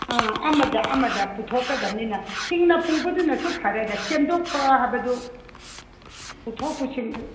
ꯎꯝ ꯑꯃꯗ ꯑꯃꯗ ꯄꯨꯊꯣꯛꯀꯗꯕꯅꯤꯅ ꯍꯤꯡꯅ ꯄꯨꯕꯗꯨꯅꯁꯨ ꯐꯔꯦꯗ ꯁꯦꯝꯗꯣꯛꯄ ꯍꯥꯏꯕꯗꯨ ꯄꯨꯊꯣꯛ ꯄꯨꯁꯤꯟꯗꯨ